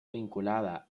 vinculada